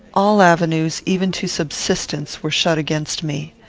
all avenues, even to subsistence, were shut against me.